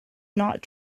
not